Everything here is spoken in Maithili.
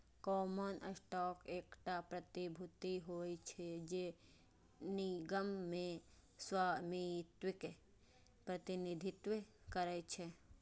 कॉमन स्टॉक एकटा प्रतिभूति होइ छै, जे निगम मे स्वामित्वक प्रतिनिधित्व करै छै